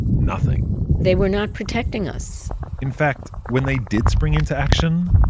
nothing they were not protecting us in fact, when they did spring into action,